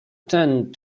ten